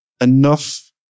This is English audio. enough